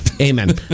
amen